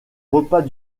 repas